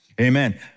Amen